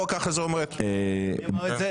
בועז ביסמוט, תן לדבר.